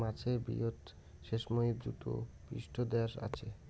মাছের বৃহৎ শ্লেষ্মাযুত পৃষ্ঠদ্যাশ আচে